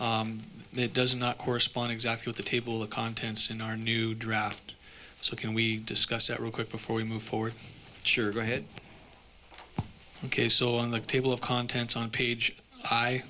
that does not correspond exactly at the table of contents in our new draft so can we discuss it real quick before we move forward sure go ahead ok so on the table of contents on page i